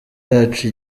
yacu